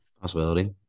Possibility